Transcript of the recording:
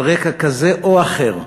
על רקע כזה או אחר,